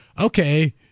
okay